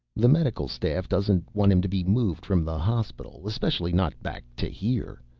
the medical staff doesn't want him to be moved from the hospital. especially not back to here.